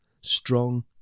Strong